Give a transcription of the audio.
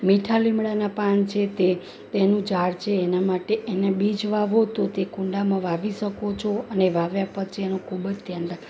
મીઠા લીમડાના પાન છે તે તેનું ઝાડ છે એના માટે એને બીજ વાવો તો તે કુંડામાં વાવી શકો છો અને વાવ્યાં પછી એનું ખૂબજ ધ્યાન રાખી